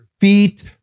feet